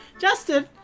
Justin